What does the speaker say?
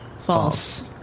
False